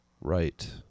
Right